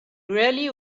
really